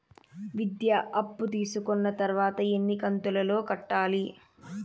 విద్య అప్పు తీసుకున్న తర్వాత ఎన్ని కంతుల లో కట్టాలి?